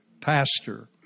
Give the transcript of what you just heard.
Pastor